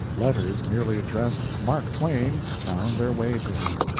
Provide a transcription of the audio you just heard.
letters merely addressed mark twain found their way to him.